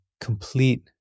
complete